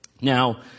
Now